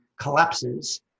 collapses